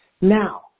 Now